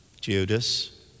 Judas